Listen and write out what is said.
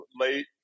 late